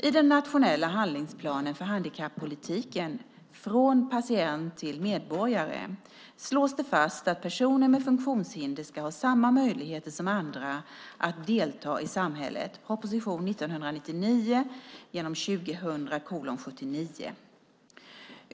I den nationella handlingsplanen för handikappolitiken Från patient till medborgare slås det fast att personer med funktionshinder ska ha samma möjligheter som andra att delta i samhället .